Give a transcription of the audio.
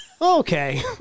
okay